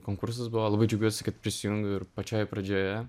konkursas buvo labai džiaugiuosi kad prisijungiau ir pačioj pradžioje